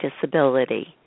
disability